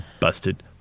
Busted